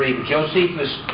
Josephus